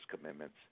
commitments